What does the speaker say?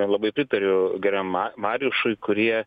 labai pritariu geram ma marijušui kurie